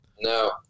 No